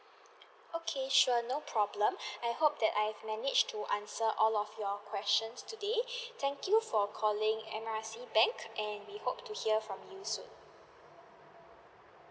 okay sure no problem I hope that I've managed to answer all of your questions today thank you for calling M R C bank and we hope to hear from you soon